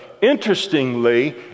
interestingly